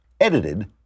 Edited